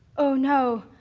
oh no.